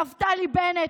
נפתלי בנט,